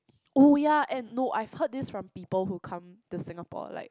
oh ya and no I've heard this from people who come to Singapore like